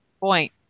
point